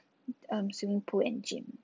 um swimming pool and gym